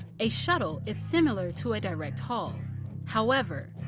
a shuttle is similar to a direct haul however,